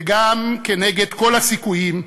וגם כנגד כל הסיכויים,